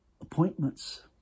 appointments